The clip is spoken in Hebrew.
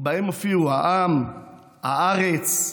ובהם הופיעו העם, הארץ,